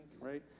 right